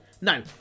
No